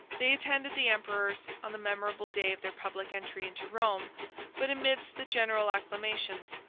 they attended the emperors on the memorable day of their public entry into rome but amidst the general acclamations,